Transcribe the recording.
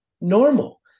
normal